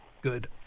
Good